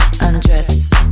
undress